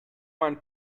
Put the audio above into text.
mein